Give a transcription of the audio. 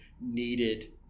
needed